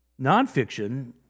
Nonfiction